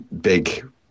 big